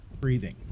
breathing